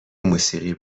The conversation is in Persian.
موسیقی